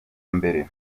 mbere